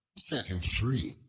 set him free.